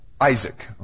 Isaac